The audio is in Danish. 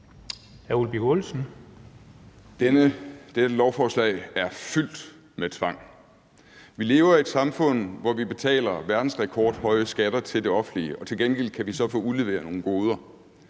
Dette lovforslag er fyldt med tvang. Vi lever i et samfund, hvor vi betaler verdensrekordhøje skatter til det offentlige, og til gengæld kan vi så få udleveret nogle goder.